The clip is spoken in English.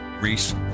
Reese